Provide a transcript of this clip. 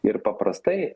ir paprastai